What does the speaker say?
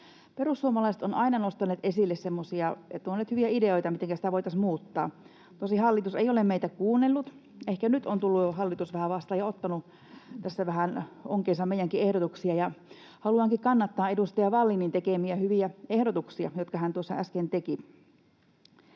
Perussuomalaiset ovat aina nostaneet esille ja tuoneet hyviä ideoita, mitenkä sitä voitaisiin muuttaa. Tosin hallitus ei ole meitä kuunnellut. Ehkä nyt on tullut hallitus jo vähän vastaan ja ottanut tässä vähän onkeensa meidänkin ehdotuksistamme. Haluankin kannattaa edustaja Vallinin tekemiä hyviä ehdotuksia, jotka hän tuossa äsken teki.